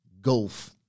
gulf